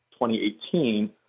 2018